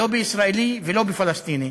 לא בישראלים ולא בפלסטינים.